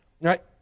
Right